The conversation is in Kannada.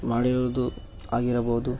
ಮಾಡಿರುವುದು ಆಗಿರಬಹುದು